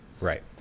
Right